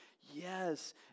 Yes